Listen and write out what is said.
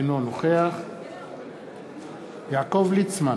אינו נוכח יעקב ליצמן,